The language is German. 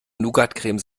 nougatcreme